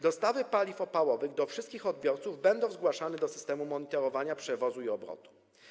Dostawy paliw opałowych do wszystkich odbiorców będą zgłaszane do systemu monitorowania przewozu i obrotu.